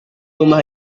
rumah